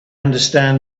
understand